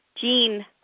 Jean